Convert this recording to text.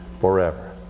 forever